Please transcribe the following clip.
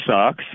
sucks